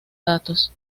datos